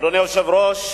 אדוני היושב-ראש,